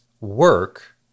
work